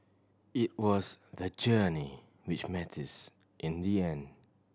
it was the journey which matters in the end